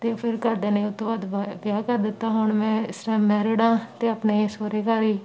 ਅਤੇ ਫਿਰ ਘਰਦਿਆਂ ਨੇ ਉਹ ਤੋਂ ਬਾਅਦ ਵ ਵਿਆਹ ਕਰ ਦਿੱਤਾ ਹੁਣ ਮੈਂ ਇਸ ਟਾਈਮ ਮੈਰਿਡ ਹਾਂ ਅਤੇ ਆਪਣੇ ਸਹੁਰੇ ਘਰ ਹੀ